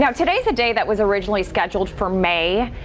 now today is the day that was originally scheduled for may.